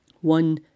One